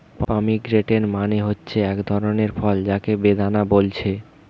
pomegranate মানে হচ্ছে একটা ধরণের ফল যাকে বেদানা বলছে